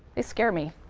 they scare me.